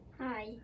Hi